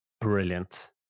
brilliant